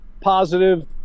positive